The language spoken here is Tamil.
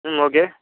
ம் ஓகே